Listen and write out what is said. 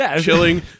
chilling